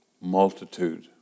Multitude